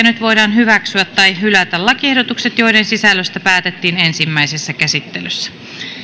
nyt voidaan hyväksyä tai hylätä lakiehdotukset joiden sisällöstä päätettiin ensimmäisessä käsittelyssä